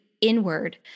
inward